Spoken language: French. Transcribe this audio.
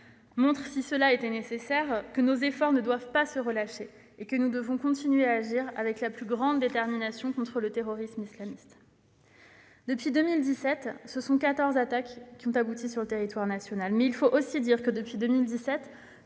montrent, si cela était nécessaire, que nos efforts ne doivent pas se relâcher et que nous devons continuer d'agir avec la plus grande détermination contre le terrorisme islamiste. Depuis 2017, quatorze attaques ont abouti sur le territoire national. Mais il faut aussi dire que, depuis 2017,